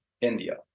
India